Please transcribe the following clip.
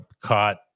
caught